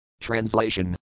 Translation